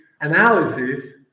analysis